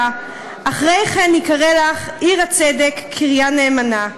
אחרי כן יקרא לך עיר הצדק קריה נאמנה.